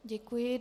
Děkuji.